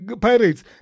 pirates